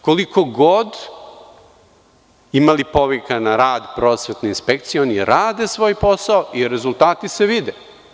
Koliko god imali povika na rad prosvetne inspekcije, oni rade svoj posao i rezultati se vide.